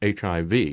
HIV